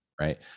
right